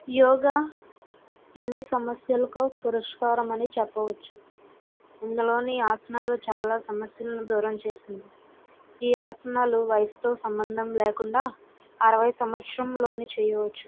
యోగ ఎన్ని సమస్యలకో పరిష్కారం అని చెప్పవచ్చు ఇందులోని ఆసనాలు చాలా సమస్యలను దూరం చేసింది ఈ ఆసనాలు వయసుతో సంబంధం లేకుండా అరవై సంవత్సరంలోని చేయవచ్చు